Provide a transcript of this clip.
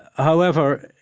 however,